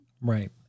Right